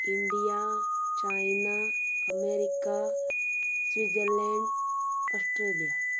India China America Switzerland Australia